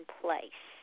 place